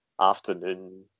afternoon